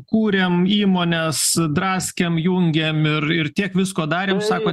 kūrėm įmones draskėm jungėm ir ir tiek visko darėm sako